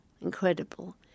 incredible